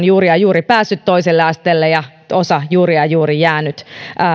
juuri ja juuri päässyt toiselle asteelle ja osa juuri ja ja juuri jäänyt